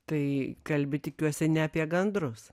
tai kalbi tikiuosi ne apie gandrus